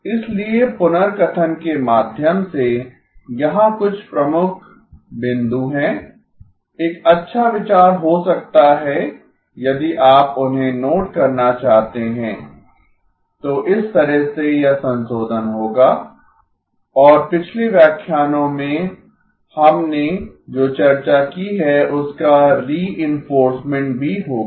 इसलिए पुनर्कथन के माध्यम से यहां कुछ प्रमुख बिंदु हैं एक अच्छा विचार हो सकता है यदि आप उन्हें नोट करना चाहते हैं तो इस तरह से यह संशोधन होगा और पिछले व्याख्यानों में हमने जो चर्चा की है उसका रीइन्फोर्समेंट भी होगा